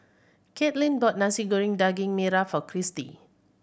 Katelin bought Nasi Goreng Daging Merah for Kristy